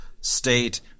state